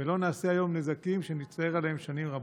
ולא נעשה היום נזקים שנצטער עליהם שנים רבות.